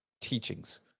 teachings